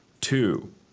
two